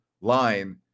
line